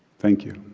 thank you.